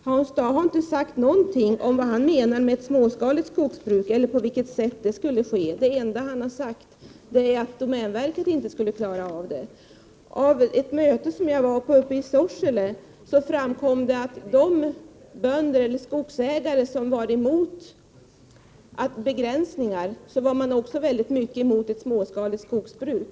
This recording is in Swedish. Hans Dau har inte sagt någonting om vad han menar med ett småskaligt skogsbruk. Det enda han har sagt är att domänverket inte skulle klara av det. Under ett möte i Sorsele framkom att de bönder eller skogsägare som var emot begränsningar också var väldigt mycket emot ett småskaligt skogsbruk.